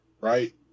right